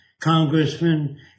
congressmen